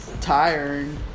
tiring